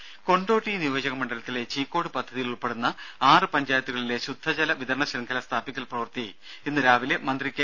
രംഭ കൊണ്ടോട്ടി നിയോജക മണ്ഡലത്തിലെ ചീക്കോട് പദ്ധതിയിൽ ഉൾപ്പെടുന്ന ആറ് പഞ്ചായത്തുകളിലെ ശുദ്ധജല വിതരണ ശൃംഖല സ്ഥാപിക്കൽ പ്രവൃത്തി ഇന്ന് രാവിലെ മന്ത്രി കെ